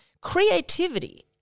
Creativity